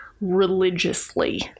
religiously